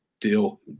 deal